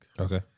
Okay